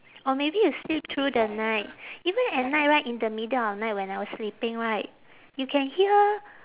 or maybe you sleep through the night even at night right in the middle of night when I was sleeping right you can hear